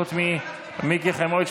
חוץ ממיקי חיימוביץ',